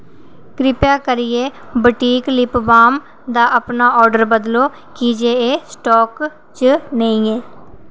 किरपा करियै बुटिल लिप बाम दा अपना आर्डर बदलो की जे एह् स्टाक च नेईं ऐ